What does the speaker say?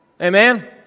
Amen